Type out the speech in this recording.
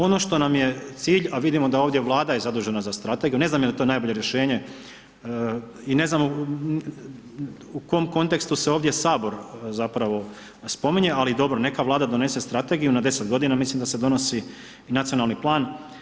Ono što nam je cilj a vidimo da ovdje Vlada je zadužena za strategiju, ne znam je li to najbolje rješenje ine znam u kojem kontekstu se ovdje Sabor zapravo spominje ali dobro, neka Vlada donese strategiju na 10 g., mislim da se donosi i nacionalni plan.